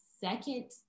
second